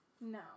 No